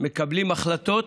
מקבלים החלטות,